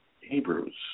Hebrews